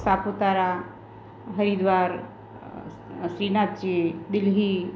Saputara Haridwar Shrinathji Delhi